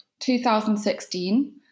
2016